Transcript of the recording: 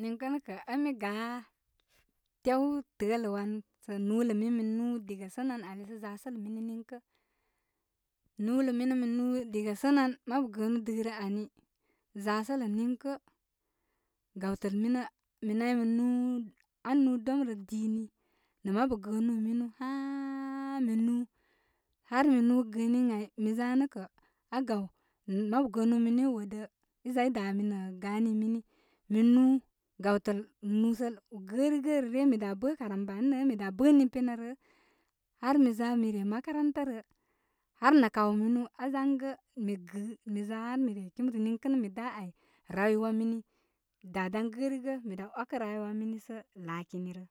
Niŋkə kə' ən mi gaa tew tə'ə' lə wan sə nuu lə min mi nuu diga sənan ani sə zasələ niŋkə'. Nuulə minə mi nuu diga sənan mabu gəənu dɨrə ani za sə lə niŋkə. Gawtəl minə, mi nay mi nuu aa nuu domrə dini, nə mabu gəənuu minu haa minuu, har mi nubarubar minu haa minuu, har mi nubarubar gəəni ən ay. Miza nə kə' aa gaw, mabu gəə nu'u' minu i woodə i za i da mi ə gani mini. Mi nuu gawdəl nuusəl gərigə rə ryə. Mi daa bə karambani rə mi daa bə ni piya rāā, har mi za mi re makarantə rə har nā kaw minu aa zangə mi gɨɨ mi za har mi re kimrə. Niŋkə' nə' mi də ai. Rayuwa mini, dā dan gārigə. Mi daa wakə rayu wa mini sə laakini rə.